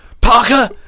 Parker